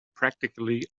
practically